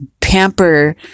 pamper